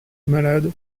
malade